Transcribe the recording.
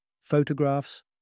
photographs